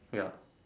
ya